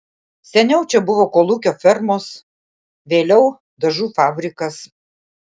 seniau čia buvo kolūkio fermos vėliau dažų fabrikas